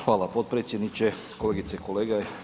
Hvala potpredsjedniče, kolegice i kolege.